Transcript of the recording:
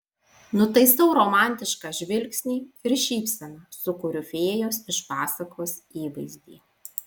nutaisau romantišką žvilgsnį ir šypseną sukuriu fėjos iš pasakos įvaizdį